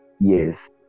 yes